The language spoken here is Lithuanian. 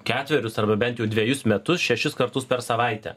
ketverius arba bent jau dvejus metus šešis kartus per savaitę